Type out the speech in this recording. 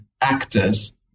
actors